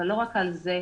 אבל לא רק על זה.